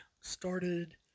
started